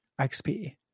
XP